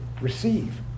Receive